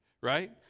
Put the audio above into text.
Right